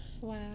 Wow